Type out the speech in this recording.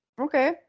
okay